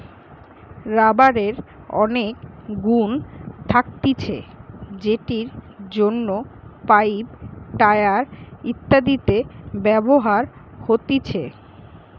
রাবারের অনেক গুন্ থাকতিছে যেটির জন্য পাইপ, টায়র ইত্যাদিতে ব্যবহার হতিছে